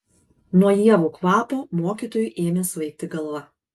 nuo ievų kvapo mokytojui ėmė svaigti galva